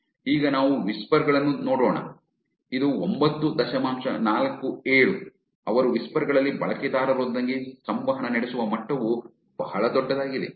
ಈಗ ನಾವು ವಿಸ್ಪರ್ ಗಳನ್ನು ನೋಡೋಣ ಇದು ಒಂಬತ್ತು ದಶಮಾಂಶ ನಾಲ್ಕು ಏಳು ಅವರು ವಿಸ್ಪರ್ ಗಳಲ್ಲಿ ಬಳಕೆದಾರರೊಂದಿಗೆ ಸಂವಹನ ನಡೆಸುವ ಮಟ್ಟವು ಬಹಳ ದೊಡ್ಡದಾಗಿದೆ